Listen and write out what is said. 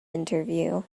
interview